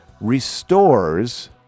restores